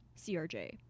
CRJ